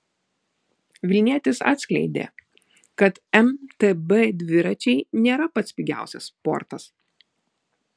vilnietis atskleidė kad mtb dviračiai nėra pats pigiausias sportas